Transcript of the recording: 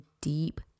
deep